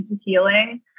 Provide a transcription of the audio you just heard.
healing